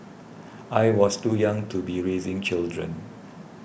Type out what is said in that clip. I was too young to be raising children